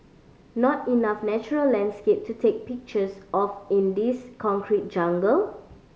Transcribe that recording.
not enough natural landscape to take pictures of in this concrete jungle